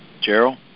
Gerald